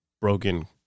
broken